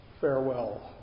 farewell